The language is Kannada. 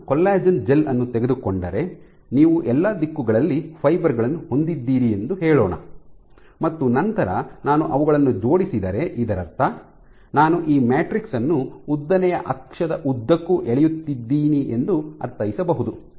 ನಾನು ಕೊಲ್ಲಾಜೆನ್ ಜೆಲ್ ಅನ್ನು ತೆಗೆದುಕೊಂಡರೆ ನೀವು ಎಲ್ಲ ದಿಕ್ಕುಗಳಲ್ಲಿ ಫೈಬರ್ ಗಳನ್ನು ಹೊಂದಿದ್ದೀರಿ ಎಂದು ಹೇಳೋಣ ಮತ್ತು ನಂತರ ನಾನು ಅವುಗಳನ್ನು ಜೋಡಿಸಿದರೆ ಇದರರ್ಥ ನಾನು ಈ ಮ್ಯಾಟ್ರಿಕ್ಸ್ ಅನ್ನು ಉದ್ದನೆಯ ಅಕ್ಷದ ಉದ್ದಕ್ಕೂ ಎಳೆಯುತ್ತಿದ್ದೀನಿ ಎಂದು ಅರ್ಥೈಸಬಹುದು